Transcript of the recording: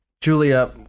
Julia